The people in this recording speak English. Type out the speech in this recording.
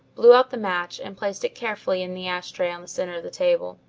blew out the match and placed it carefully in the ash-tray on the centre of the table.